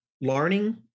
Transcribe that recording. learning